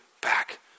back